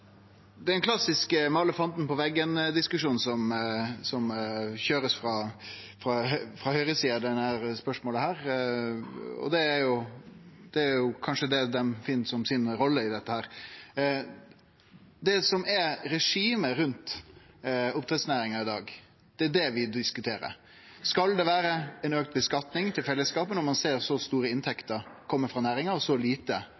ordet til ein kort merknad, avgrensa til 1 minutt. Det er ein klassisk måle-fanden-på-veggen-diskusjon som blir køyrd frå høgresida i dette spørsmålet. Det er kanskje det dei finn som rolla si i dette. Det er regimet rundt oppdrettsnæringa i dag vi diskuterer. Skal det vere auka skattlegging til fellesskapet når ein ser så store inntekter kome frå næringa og så lite